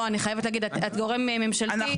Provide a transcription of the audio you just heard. אני חייבת להגיד את גורם ממשלתי,